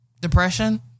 Depression